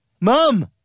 mom